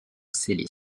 célé